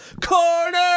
corner